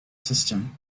system